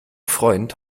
freund